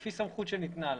לפפי סמכות שניתנה להם.